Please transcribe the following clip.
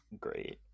great